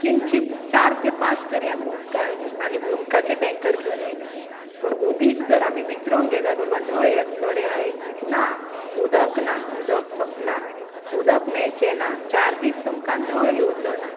किंचीत चार ते पांच तरी उदकाक आनी उदकाचे टँकर घेवन येयल्यात पूण उदीक जर विचरोंक गेल्यार बाबा नळ येतलो रे आयज ना उदक ना उदक सोंपलां उदक मेळचें ना चार दीस तुमकां नळ येवचोना